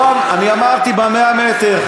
לא, אני אמרתי: ב-100 מטר.